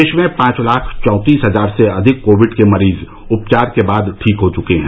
देश में पांच लाख चौंतीस हजार से अधिक कोविड के मरीज उपचार के बाद ठीक हो चुके हैं